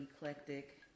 eclectic